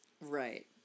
Right